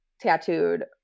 tattooed